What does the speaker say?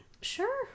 sure